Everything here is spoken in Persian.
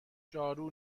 جارو